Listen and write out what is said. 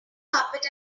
carpet